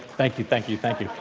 thank you, thank you, thank you.